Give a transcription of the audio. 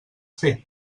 fer